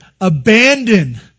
Abandon